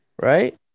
Right